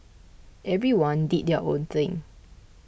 everyone did their own thing